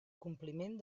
compliment